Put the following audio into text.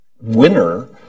winner